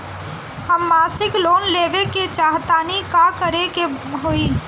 हम मासिक लोन लेवे के चाह तानि का करे के होई?